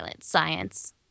science